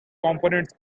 components